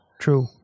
True